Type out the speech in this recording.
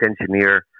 engineer